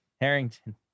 Harrington